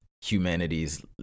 humanity's